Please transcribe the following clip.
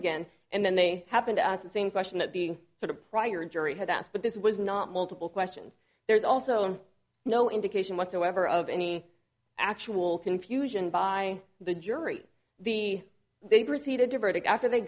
again and then they happen to ask the same question that being sort of prior jury had asked but this was not multiple questions there's also no indication whatsoever of any actual confusion by the jury the they proceeded to verdict after they